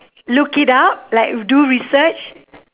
look it up like do research